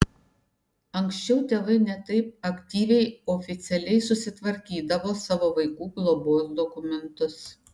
anksčiau tėvai ne taip aktyviai oficialiai susitvarkydavo savo vaikų globos dokumentus